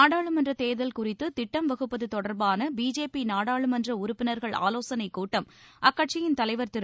நாடாளுமன்ற தேர்தல் குறித்து திட்டம் வகுப்பது தொடர்பான பிஜேபி நாடாளுமன்ற உறுப்பினர்கள் ஆலோசனைக் கூட்டம் அக்கட்சியின் தலைவர் திரு